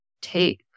take